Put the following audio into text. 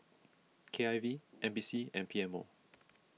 K I V N P C and P M O